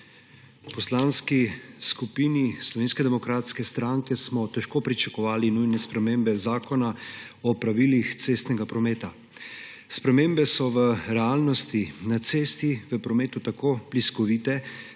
V Poslanski skupini Slovenske demokratske stranke smo težko pričakovali nujne spremembe zakona o pravilih cestnega prometa. Spremembe so v realnosti, na cesti, v prometu tako bliskovite,